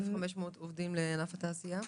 1,500 עובדים לענף התעשייה?